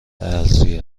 ارزی